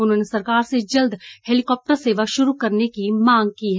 उन्होंने सरकार से जल्द हेलीकाप्टर सेवा शुरू करने की मांग की है